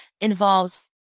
involves